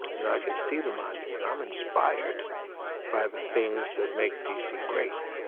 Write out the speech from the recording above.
and i can see the monument. i'm inspired by the things that make d c. great.